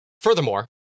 furthermore